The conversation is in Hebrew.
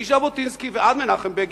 מז'בוטינסקי ועד מנחם בגין,